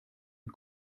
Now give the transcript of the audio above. mit